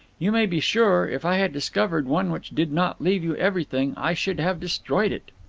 you may be sure, if i had discovered one which did not leave you everything, i should have destroyed it.